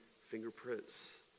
fingerprints